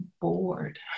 bored